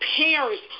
parents